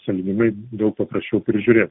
sąlyginai daug paprasčiau prižiūrėt